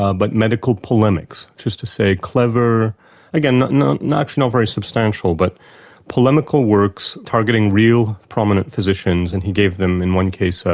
ah but medical polemics, which is to say clever again not not you know very substantial, but polemical works targeting real prominent positions and he gave them in one case, ah